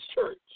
church